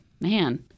Man